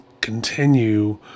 continue